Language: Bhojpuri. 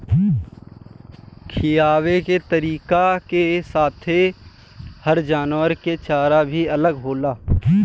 खिआवे के तरीका के साथे हर जानवरन के चारा भी अलग होला